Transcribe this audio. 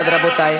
שום דבר אחר לא.